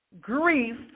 grief